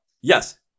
Yes